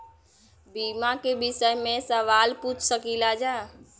बीमा के विषय मे सवाल पूछ सकीलाजा?